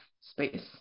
space